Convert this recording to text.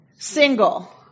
Single